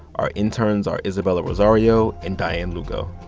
our interns are isabella rosario and dianne lugo.